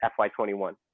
FY21